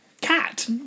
cat